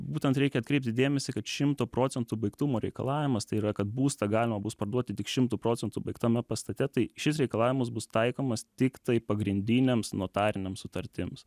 būtent reikia atkreipti dėmesį kad šimto procentų baigtumo reikalavimas tai yra kad būstą galima bus parduoti tik šimtu procentų baigtame pastate tai šis reikalavimas bus taikomas tiktai pagrindiniams notariniams sutartims